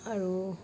আৰু